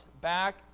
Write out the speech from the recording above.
back